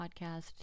podcast